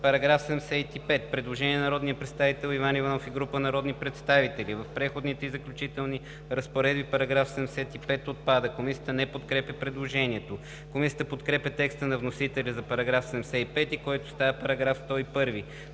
По § 75 има предложение на народния представител Иван Иванов и група народни представители: „В Преходните и заключителните разпоредби § 75 – отпада.“ Комисията не подкрепя предложението. Комисията подкрепя текста на вносителя за § 75, който става § 101.